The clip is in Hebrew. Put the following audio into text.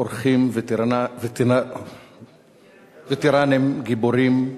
אורחים, וטרנים גיבורים,